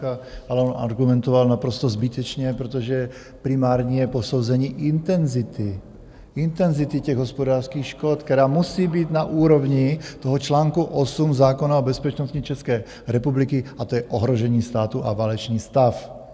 Ale on argumentoval naprosto zbytečně, protože primární je posouzení intenzity, intenzity těch hospodářských škod, která musí být na úrovni toho článku 8 zákona o bezpečnostní České republiky, a to je ohrožení státu a válečný stav.